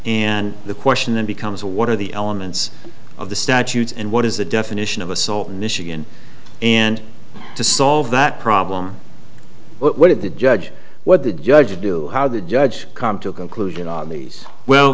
and the question then becomes a what are the elements of the statutes and what is the definition of assault in michigan and to solve that problem what did the judge what the judge to do how the judge come to a conclusion well